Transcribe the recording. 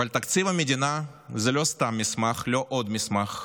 אבל תקציב המדינה הוא לא סתם מסמך, לא עוד מסמך,